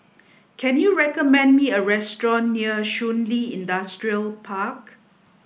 can you recommend me a restaurant near Shun Li Industrial Park